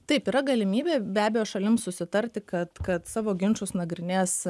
taip yra galimybė be abejo šalim susitarti kad kad savo ginčus nagrinės